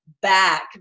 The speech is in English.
back